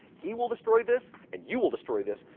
he will destroy this, and you will destroy this.